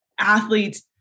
athletes